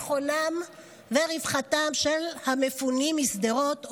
לביטחונם ולרווחתם של המפונים משדרות,